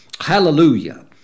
Hallelujah